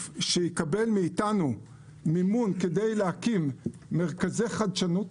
שיקבל מאיתנו מימון כדי להקים מרכזי חדשנות